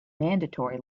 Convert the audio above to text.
mandatory